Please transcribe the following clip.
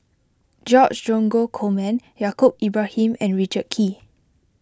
George Dromgold Coleman Yaacob Ibrahim and Richard Kee